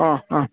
ആ ആ